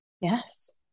Yes